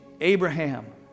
abraham